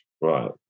Right